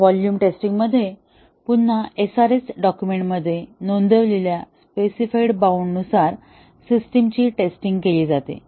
volume testing मध्ये पुन्हा SRS डॉकुमेंटमध्ये नोंदवलेल्या स्पेसिफाइड बॉउंड नुसार सिस्टिमची टेस्टिंग केली जाते